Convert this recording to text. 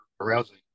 arousing